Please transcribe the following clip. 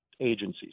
agencies